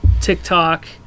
TikTok